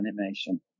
animation